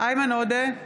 איימן עודה,